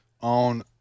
on